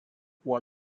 while